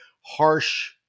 harsh